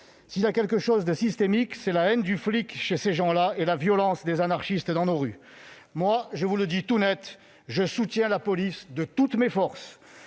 S'il y a quelque chose de systémique, c'est bien la haine du flic chez ces gens-là et la violence des anarchistes dans nos rues ! De qui il parle ? Moi, je vous le dis tout net : je soutiens la police de toutes mes forces.